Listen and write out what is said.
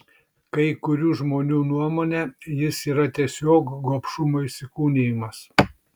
kai kurių žmonių nuomone jis yra tiesiog gobšumo įsikūnijimas